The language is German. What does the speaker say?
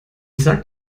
sagt